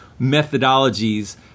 methodologies